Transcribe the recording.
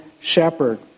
shepherd